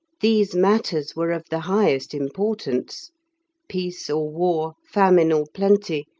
these matters were of the highest importance peace or war, famine or plenty,